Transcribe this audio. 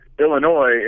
Illinois